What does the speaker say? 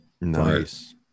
Nice